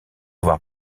avoir